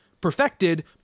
perfected